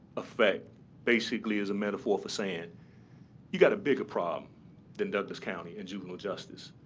effect basically is a metaphor for saying you've got a bigger problem than douglas county and juvenile justice.